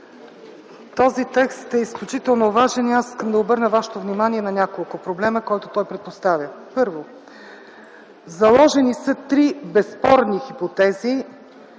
Този текст е изключително важен и аз искам да обърна вашето внимание на няколко проблема, които той предпоставя. Първо, заложени са три безспорни хипотези,